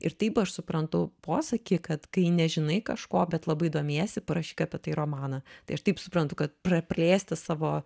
ir taip aš suprantu posakį kad kai nežinai kažko bet labai domiesi parašyk apie tai romaną tai aš taip suprantu kad praplėsti savo